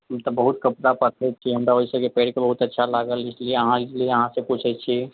हम तऽ बहुत कविता पढ़ने छियै हमरा ओहि सभकेँ पैढ़के बहुत अच्छा लागल इसलिये अहाँ से पूछैत छी